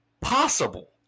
possible